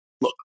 look